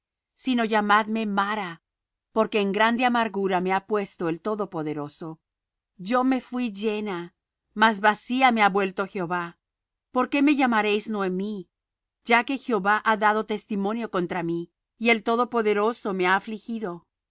sino llamadme mara porque en grande amargura me ha puesto el todopoderoso yo me fuí llena mas vacía me ha vuelto jehová por qué me llamaréis noemi ya que jehová ha dado testimonio contra mí y el todopoderoso me ha afligido